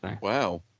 Wow